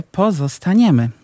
pozostaniemy